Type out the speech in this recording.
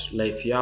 life